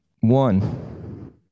One